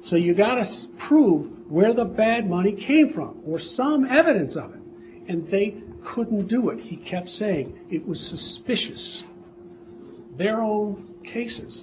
so you got us prove where the bad money came from or some evidence of it and they couldn't do it he kept saying it was suspicious their own cases